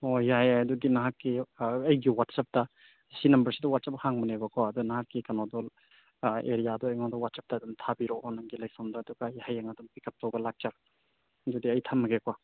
ꯑꯣ ꯌꯥꯏ ꯌꯥꯏ ꯑꯗꯨꯗꯤ ꯅꯍꯥꯛꯀꯤ ꯑꯥ ꯑꯩꯒꯤ ꯋꯥꯆꯦꯞꯇ ꯁꯤ ꯅꯝꯕꯔꯁꯤꯗ ꯋꯥꯆꯦꯞ ꯍꯥꯡꯕꯅꯦꯕꯀꯣ ꯑꯗꯣ ꯅꯍꯥꯛꯀꯤ ꯀꯩꯅꯣꯗꯣ ꯑꯥ ꯑꯦꯔꯤꯌꯥꯗꯣ ꯑꯩꯉꯣꯟꯗ ꯋꯥꯆꯦꯞꯇ ꯑꯗꯨꯝ ꯊꯥꯕꯤꯔꯛꯑꯣ ꯂꯪꯒꯤ ꯂꯩꯐꯝꯗꯣ ꯑꯗꯨꯒ ꯍꯌꯦꯡ ꯑꯗꯨꯝ ꯄꯤꯛꯑꯞ ꯇꯧꯕ ꯂꯥꯛꯆꯔꯒꯦ ꯑꯗꯨꯗꯤ ꯑꯩ ꯊꯝꯂꯒꯦꯀꯣ